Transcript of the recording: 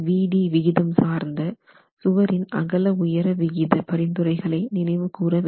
MVd விகிதம் சார்ந்த சுவரின் அகல உயர விகித பரிந்துரைகளை நினைவு கூற வேண்டும்